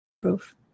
proof